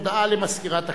הודעה למזכירת הכנסת.